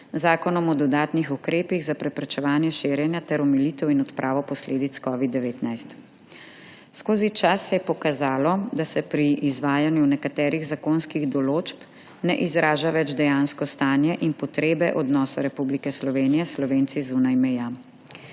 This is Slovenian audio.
Zakonom o dodatnih ukrepih za preprečevanje širjenja ter omilitev in odpravo posledic COVID-19. Skozi čas se je pokazalo, da se pri izvajanju nekaterih zakonskih določb ne izražajo več dejansko stanje in potrebe odnosa Republike Slovenije s Slovenci zunaj meja.